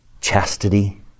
Chastity